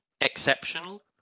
exceptional